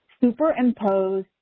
superimpose